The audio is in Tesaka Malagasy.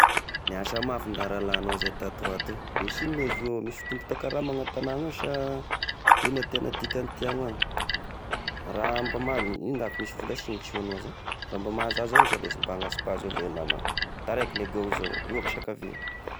Niasa mafy nda rahalahy agnao izay tato ho ato, misy igno ma zy io? Misy fisondrata karama a tagnàna ao sa igno tena dikagny ity agny ho agny. Raha mba magny, ino nda ko misy vola sinitry sy voaloha za, raha mba mahazohazo za lesy mba anasipazo avao eh nama, taraiky gne gona zah io, io aky sa ka ve!